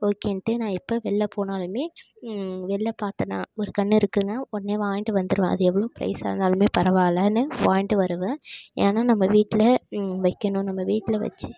ஓகேன்ட்டு நான் எப்போ வெளியில் போனாலுமே வெளியில் பார்த்தேன்னா ஒரு கன்று இருக்குதுன்னால் உடனே வாங்கிட்டு வந்துடுவேன் அது எவ்வளோ ப்ரைஸாகருந்தாலுமே பரவாயில்லன்னு வாங்கிட்டு வருவேன் ஏன்னா நம்ம வீட்டில் வைக்கணும் நம்ம வீட்டில் வச்சு